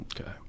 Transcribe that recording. Okay